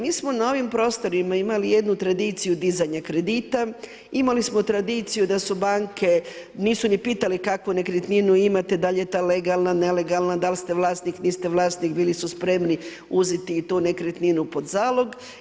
Mi smo na ovim prostorima imali jednu tradiciju dizanja kredita, imali smo tradiciju da su banke, nisu ni pitale kakvu nekretninu imate, dal je ta legalna, nelegalna, dal ste vlasnik, niste vlasnik, bili su spremni uzeti i tu nekretninu pod zalog.